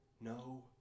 no